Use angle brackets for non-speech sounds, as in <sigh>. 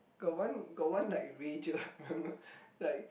got one got one like rager <laughs> remember like